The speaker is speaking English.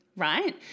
right